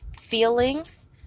feelings